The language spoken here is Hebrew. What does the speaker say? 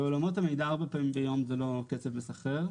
בעולמות המידע, ארבע פעמים ביום זה לא קצב מסחרר.